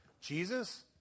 Jesus